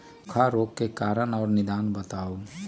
सूखा रोग के कारण और निदान बताऊ?